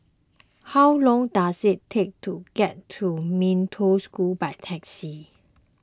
how long does it take to get to Mee Toh School by taxi